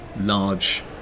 large